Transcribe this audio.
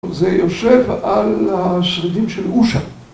זה יושב על השרידים של אושר.